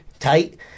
tight